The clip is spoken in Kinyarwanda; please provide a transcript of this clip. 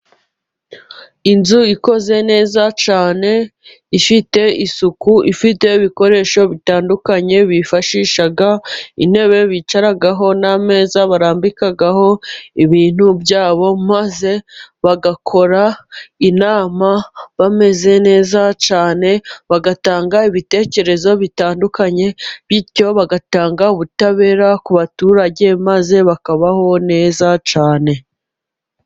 Inzu ikoze neza cane ifite isuku ifite ibikoresho bitandukanye bifashisha intebe bicaraho n'ameza barambikaho ibintu byabo maze bagakora inama bameze neza cyane bagatanga ibitekerezo bitandukanye bityo bagatanga ubutabera ku baturage maze bakabaho neza cyane.